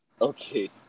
Okay